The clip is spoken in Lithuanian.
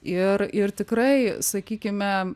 ir ir tikrai sakykime